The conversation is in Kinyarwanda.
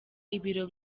ibiro